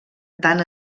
tant